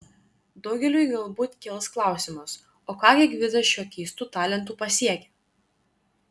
daugeliui galbūt kils klausimas o ką gi gvidas šiuo keistu talentu pasiekė